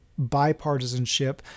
bipartisanship